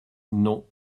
non